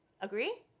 Agree